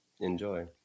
Enjoy